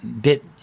bit